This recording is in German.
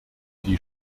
die